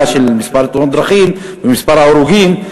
של מספר תאונות הדרכים ומספר ההרוגים.